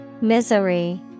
Misery